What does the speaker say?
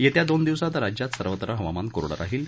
येत्या दोन दिवसात राज्यात सर्वत्र हवामान कोरडं राहील